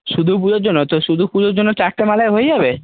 শুধু পুজোর জন্য তো শুধু পুজোর জন্য চারটে মালায় হয়ে যাবে